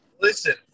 Listen